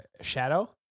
Shadow